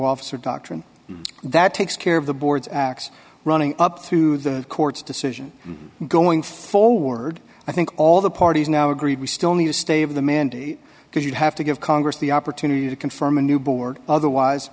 officer doctrine that takes care of the board's x running up to the court's decision going forward i think all the parties now agree we still need a stay of the mandate because you'd have to give congress the opportunity to confirm a new board otherwise